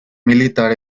militar